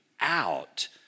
out